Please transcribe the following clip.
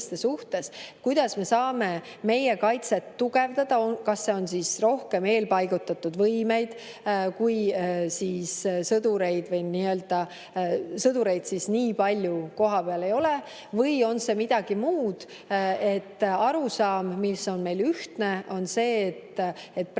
Kuidas me saame meie kaitset tugevdada? Kas see [tähendab] rohkem eelpaigutatud võimeid kui sõdureid, sõdureid siis nii palju kohapeal ei ole, või on see midagi muud? Arusaam, mis on meil ühtne, on see, et praeguses